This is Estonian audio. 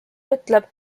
ütleb